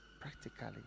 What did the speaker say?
practically